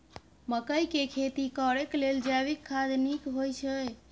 मकई के खेती करेक लेल जैविक खाद नीक होयछै?